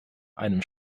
einem